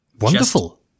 wonderful